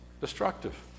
destructive